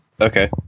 okay